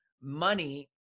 money